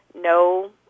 no